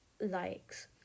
likes